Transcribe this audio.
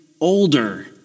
older